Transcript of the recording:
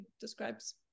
describes